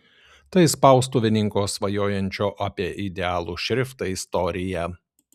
tai spaustuvininko svajojančio apie idealų šriftą istorija